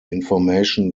information